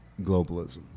globalism